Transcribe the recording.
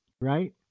right